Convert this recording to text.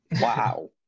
Wow